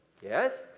yes